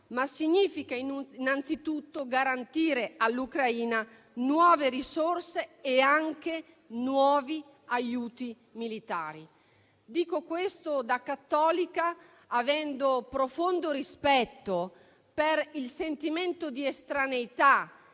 ma significa innanzitutto garantire all'Ucraina nuove risorse e anche nuovi aiuti militari. Dico questo da cattolica, avendo profondo rispetto per il sentimento di estraneità